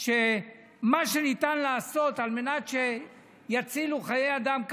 שמה שניתן לעשות על מנת שיצילו חיי אדם,